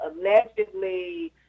allegedly